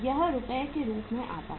यह रुपए के रूप में आता है